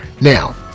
Now